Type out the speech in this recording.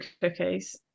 cookies